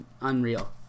unreal